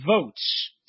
votes